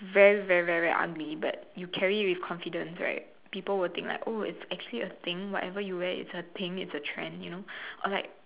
very very very ugly but you carry it with confidence people will think like oh it's actually a thing whatever you re wearing is a thing is a trend or like